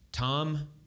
Tom